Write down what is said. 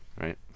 Right